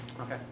Okay